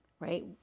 right